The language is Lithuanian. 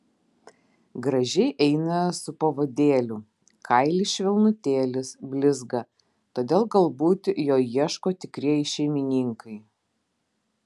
gražiai eina su pavadėliu kailis švelnutėlis blizga todėl galbūt jo ieško tikrieji šeimininkai